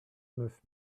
neuf